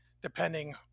depending